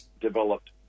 developed